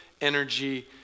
energy